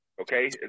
Okay